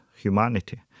humanity